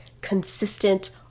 consistent